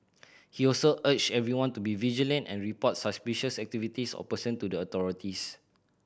he also urged everyone to be vigilant and report suspicious activities or person to the authorities